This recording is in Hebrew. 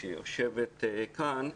שיושבת כאן,